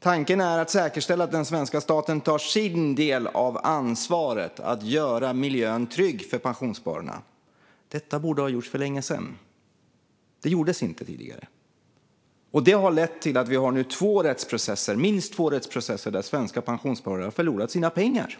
Tanken är att säkerställa att den svenska staten tar sin del av ansvaret att göra miljön för pensionsspararna trygg. Detta borde ha gjorts för länge sedan, men det gjordes inte tidigare. Det har lett till att vi nu har minst två rättsprocesser där svenska pensionssparare har förlorat sina pengar.